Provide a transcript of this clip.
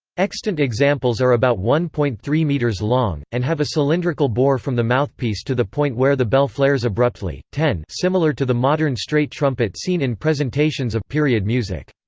extant examples are about one point three metres long, and have a cylindrical bore from the mouthpiece to the point where the bell flares abruptly, ten similar to the modern straight trumpet seen in presentations of period music.